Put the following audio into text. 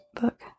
book